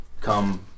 come